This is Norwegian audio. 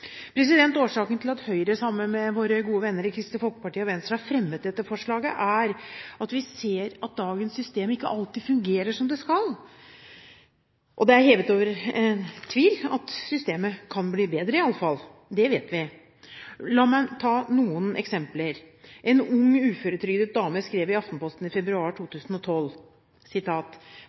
Årsaken til at Høyre, sammen med våre gode venner i Kristelig Folkeparti og Venstre, har fremmet dette forslaget, er at vi ser at dagens system ikke alltid fungerer som det skal. Det er i alle fall hevet over tvil at systemet kan bli bedre; det vet vi. La meg ta noen eksempler. En ung uføretrygdet dame skrev i Aftenposten i februar 2012: